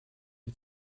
new